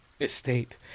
estate